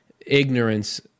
ignorance